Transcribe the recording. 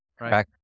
Right